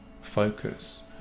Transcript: focus